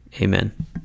Amen